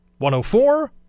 104